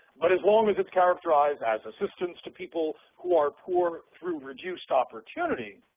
but as long as it's characterized as assistance to people who are poor through reduced opportunity,